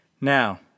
Now